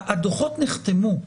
הדוחות נחתמו,